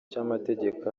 cy’amategeko